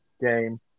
game